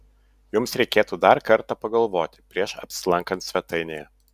jums reikėtų dar kartą pagalvoti prieš apsilankant svetainėje